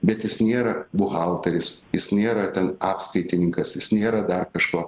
bet jis nėra buhalteris jis nėra ten apskaitininkas jis nėra dar kažko